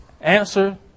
answer